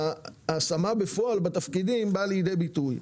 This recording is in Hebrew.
ההשמה בפועל בתפקידים באה לידי ביטוי.